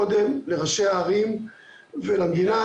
קודם לראשי הערים ולמדינה,